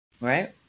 right